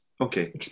Okay